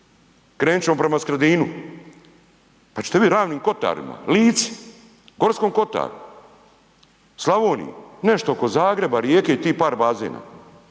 krenut ćemo prema Skradinu, pa ćete vidit, Ravnim kotarima, Lici, Gorskom kotaru, Slavoniji, nešto oko Zagreba, Rijeke i tih par bazena.